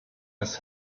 his